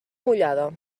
mullada